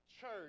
church